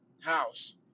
house